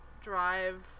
drive